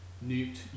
Newt